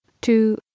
two